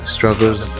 Struggles